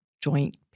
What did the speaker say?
joint